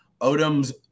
Odom's